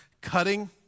cutting